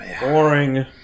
boring